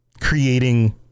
creating